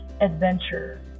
adventure